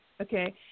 okay